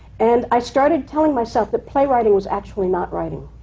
and i started telling myself that playwriting was actually not writing,